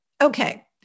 Okay